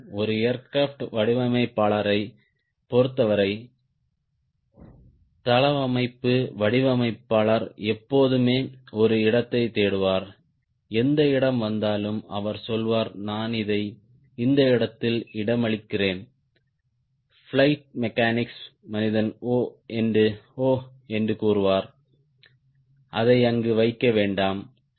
ஒரு ஏர்கிராப்ட் வடிவமைப்பாளரைப் பொறுத்தவரை தளவமைப்பு வடிவமைப்பாளர் எப்போதுமே ஒரு இடத்தைத் தேடுவார் எந்த இடம் வந்தாலும் அவர் சொல்வார் நான் இதை இந்த இடத்தில் இடமளிக்கிறேன் பிளையிட் மெக்கானிக்ஸ் மனிதன் ஓ என்று கூறுவார் அதை அங்கு வைக்க வேண்டாம் C